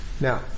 Now